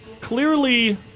Clearly